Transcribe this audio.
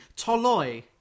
Toloi